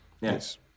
Yes